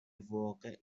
واقع